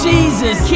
Jesus